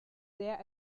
sehr